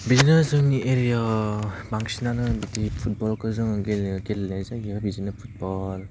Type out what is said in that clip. बिदिनो जोंनि एरिया बांसिनानो बिदि फुटबलखौ जोङो गेलेयो गेलेनाय जायो बिदिनो फुटबल